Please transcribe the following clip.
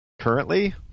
Currently